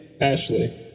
Ashley